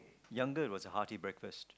younger it was a hearty breakfast